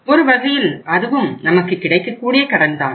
ஒருவகையில் அதுவும் நமக்கு கிடைக்கக்கூடிய கடன்தான்